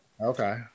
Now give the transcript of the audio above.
Okay